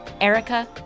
Erica